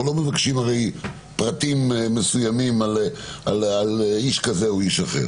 לא מבקשים הרי פרטים מסוימים על אדם כזה או אחר